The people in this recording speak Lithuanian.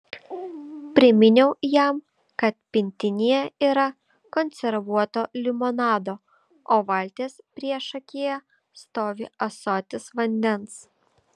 priminiau jam kad pintinėje yra konservuoto limonado o valties priešakyje stovi ąsotis vandens